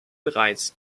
bereits